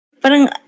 parang